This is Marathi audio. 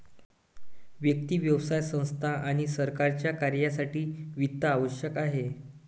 व्यक्ती, व्यवसाय संस्था आणि सरकारच्या कार्यासाठी वित्त आवश्यक आहे